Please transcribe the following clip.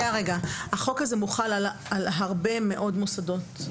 החוק הזה מוחל על הרבה מאוד מוסדות.